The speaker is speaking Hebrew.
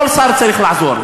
כל שר צריך לעזור,